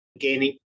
gaining